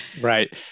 Right